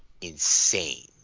insane